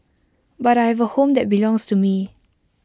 but I have A home that belongs to me